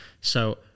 So-